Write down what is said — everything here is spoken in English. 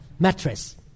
Mattress